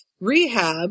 rehab